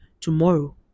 Tomorrow